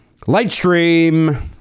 Lightstream